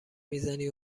میزنی